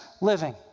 living